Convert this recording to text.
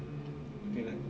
okay leh